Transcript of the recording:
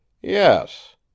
YES